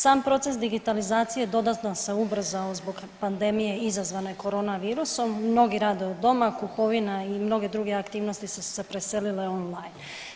Sam proces digitalizacije dodatno se ubrzao zbog pandemije izazvane korona virusom, mnogi rade od doma, kupovina i mnoge druge aktivnosti su se preselile on-line.